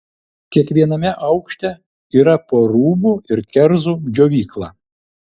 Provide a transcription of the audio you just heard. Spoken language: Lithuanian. kiekviename aukšte yra po rūbų ir kerzų džiovyklą